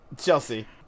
Chelsea